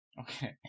okay